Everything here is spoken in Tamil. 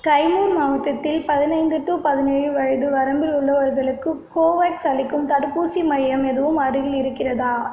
கைமூர் மாவட்டத்தில் பதினைந்து டூ பதினேழு வயது வரம்பில் உள்ளவர்களுக்கு கோவேக்ஸ் அளிக்கும் தடுப்பூசி மையம் எதுவும் அருகில் இருக்கிறதா